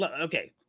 okay